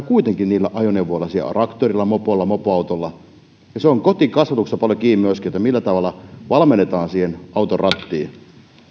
kuitenkin niillä ajoneuvoilla siellä traktorilla mopolla mopoautolla ja se on kotikasvatuksesta paljon kiinni myöskin millä tavalla valmennetaan siihen auton rattiin